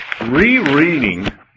re-reading